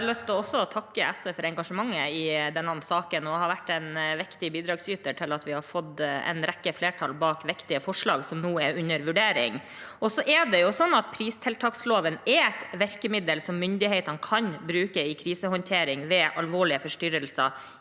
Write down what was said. lyst til å takke SV for engasjementet i denne saken. De har vært en viktig bidragsyter til at vi har fått en rekke flertall bak viktige forslag som nå er under vurdering. Pristiltaksloven er et virkemiddel som myndighetene kan bruke i krisehåndtering ved alvorlige forstyrrelser